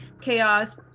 chaos